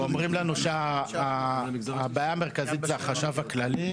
אומרים לנו שהבעיה המרכזית היא החשב הכללי.